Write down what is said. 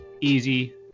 easy